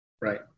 Right